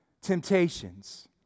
temptations